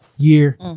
year